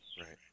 Right